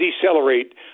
decelerate